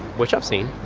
which i've seen,